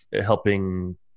helping